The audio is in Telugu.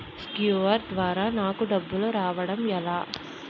క్యు.ఆర్ ద్వారా నాకు డబ్బులు రావడం ఎలా?